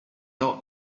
your